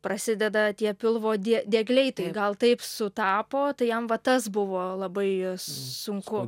prasideda tie pilvo die diegliai tai gal taip sutapo tai jam va tas buvo labai sunku